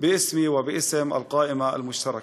בשמי ובשם הרשימה המשותפת.)